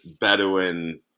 Bedouin